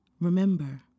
Remember